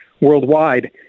worldwide